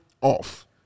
off